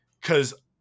Cause